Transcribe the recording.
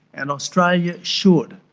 and australia should,